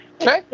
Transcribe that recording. Okay